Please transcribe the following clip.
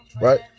right